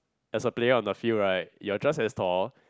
as a player on the field right you're just as tall